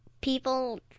people